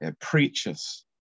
preachers